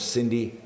Cindy